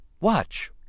Watch